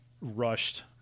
rushed